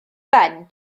ben